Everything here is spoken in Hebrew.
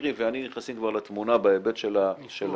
מירי ואני כבר נכנסים לתמונה בהיבט של הניסוחים.